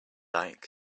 like